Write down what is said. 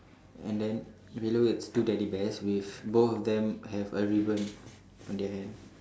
and then below it's two teddy bears with both of them have a ribbon on their hand